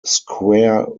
square